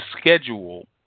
schedule